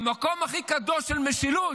מהמקום הכי קדוש של משילות,